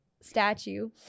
statue